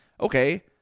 Okay